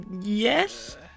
Yes